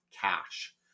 cash